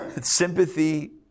sympathy